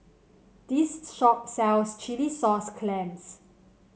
this shop sells Chilli Sauce Clams